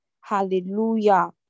Hallelujah